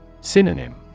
Synonym